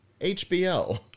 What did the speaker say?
HBO